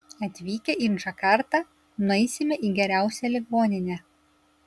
atvykę į džakartą nueisime į geriausią ligoninę